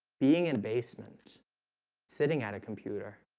being in basement sitting at a computer